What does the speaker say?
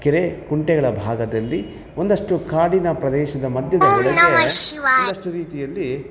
ಕೆರೆ ಕುಂಟೆಗಳ ಭಾಗದಲ್ಲಿ ಒಂದಷ್ಟು ಕಾಡಿನ ಪ್ರದೇಶದ ಮಧ್ಯದಲ್ಲಿ ಒಂದಷ್ಟು ರೀತಿಯಲ್ಲಿ